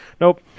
Nope